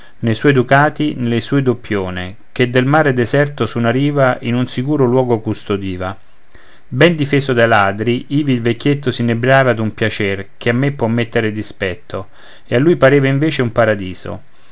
ne suoi ducati nelle sue doppione che del mare deserto su una riva in un sicuro luogo custodiva ben difeso dai ladri ivi il vecchietto s'inebriava d'un piacer che a me può mettere dispetto e a lui pareva invece un paradiso